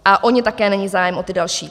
A o ně také není zájem, o ty další.